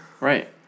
right